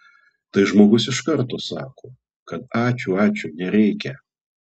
tai žmogus iš karto sako kad ačiū ačiū nereikia